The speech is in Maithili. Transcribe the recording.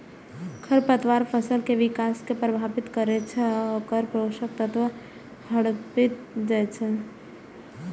खरपतवार फसल के विकास कें प्रभावित करै छै आ ओकर पोषक तत्व हड़पि जाइ छै